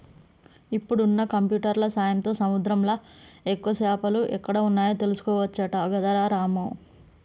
ఇప్పుడున్న కంప్యూటర్ల సాయంతో సముద్రంలా ఎక్కువ చేపలు ఎక్కడ వున్నాయో తెలుసుకోవచ్చట గదరా రామా